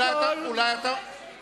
כשהיית שרה בלי תיק היו לך שמונה עוזרים.